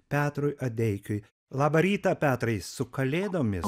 petrui adeikiui labą rytą petrai su kalėdomis